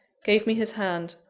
gave me his hand,